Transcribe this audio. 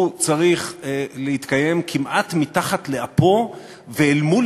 הוא צריך להתקיים כמעט מתחת לאפו ואל מול